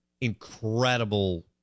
incredible